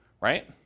right